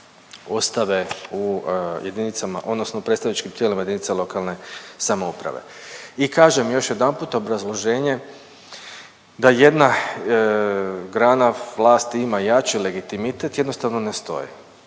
ostave u jedinicama odnosno predstavničkim tijelima jedinica lokalne samouprave. I kažem još jedanput obrazloženje da jedna grana vlasti ima jači legitimitet, jednostavno ne stoji.